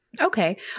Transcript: Okay